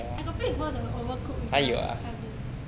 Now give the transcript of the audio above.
I got play before the Overcooked with my cousin